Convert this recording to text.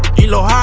jalo